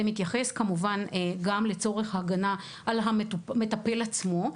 זה מתייחס כמובן גם לצורך הגנה על המטפל עצמו,